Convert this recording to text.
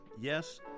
Yes